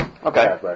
Okay